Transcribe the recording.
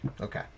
Okay